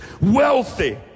wealthy